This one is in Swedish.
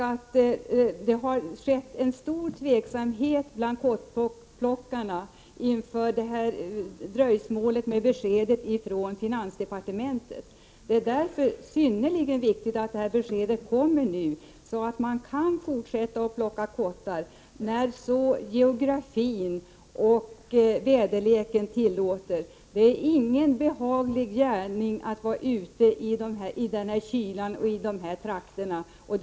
Det har rått stor tvekan hos kottplockarna på grund av finansdepartementets dröjsmål med det här beskedet. Det är därför mycket bra att det nu har kommit, så att man kan fortsätta att plocka kottar när geografin och väderleken tillåter. Det är inte något behagligt arbete att vara ute och samla kottar i kyla och dåligt väder i dessa trakter.